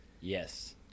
Yes